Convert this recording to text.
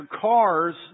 cars